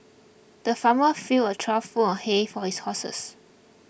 the farmer filled a trough full of hay for his horses